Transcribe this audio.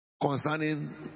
concerning